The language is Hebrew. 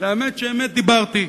שאמת דיברתי,